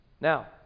now